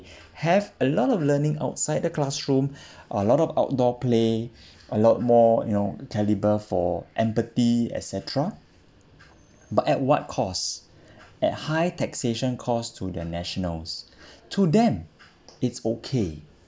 have a lot of learning outside the classroom or a lot of outdoor play a lot more you know caliber for empathy et cetera but at what cost at high taxation costs to their nationals to them it's okay